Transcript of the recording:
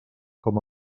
com